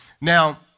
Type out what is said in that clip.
Now